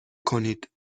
کنید